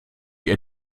ihr